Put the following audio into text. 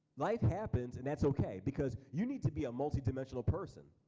life happens and that's okay because you need to be a multi-dimensional person.